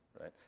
right